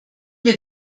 wir